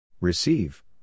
Receive